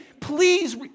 please